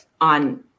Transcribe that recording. on